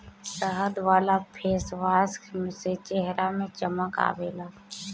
शहद वाला फेसवाश से चेहरा में चमक आवेला